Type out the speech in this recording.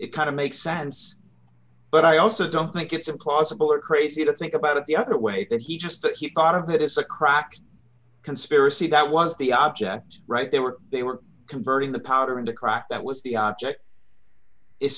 it kind of makes sense but i also don't think it's implausible or crazy to think about it the other way that he just took it thought of it is a crock conspiracy that was the object right there were they were converting the powder into crack that was the object is